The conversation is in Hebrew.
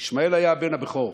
ישמעאל היה הבן הבכור.